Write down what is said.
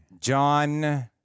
John